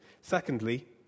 Secondly